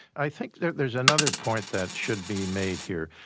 i think there's there's another point that should be made here.